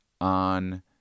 on